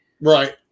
Right